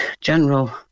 general